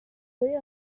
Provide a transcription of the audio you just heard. حمله